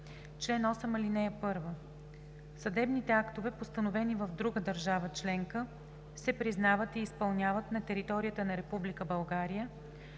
Чл. 8. (1) Съдебните актове, постановени в друга държава членка, се признават и изпълняват на територията на Република